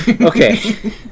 Okay